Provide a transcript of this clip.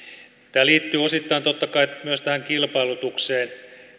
tämä liittyy osittain totta kai myös tähän kilpailutukseen